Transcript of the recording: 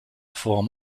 form